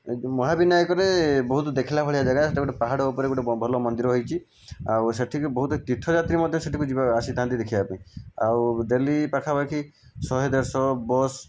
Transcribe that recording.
ଏ ମହାବିନାୟକରେ ବହୁତ ଦେଖିଲା ଭଳିଆ ଜାଗା ସେହିଟା ଗୋଟିଏ ପାହାଡ଼ ଉପରେ ଗୋଟିଏ ଭଲ ମନ୍ଦିର ହୋଇଛି ଆଉ ସେଠିକି ବହୁତ ତୀର୍ଥଯାତ୍ରୀ ମଧ୍ୟ ସେଠିକି ଯିବା ଆସି ଆସିଥାନ୍ତି ଦେଖିବା ପାଇଁ ଆଉ ଡେଲି ପାଖାପାଖି ଶହେ ଦେଢ଼ଶହ ବସ୍